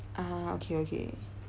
ah okay okay